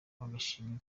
agashimwe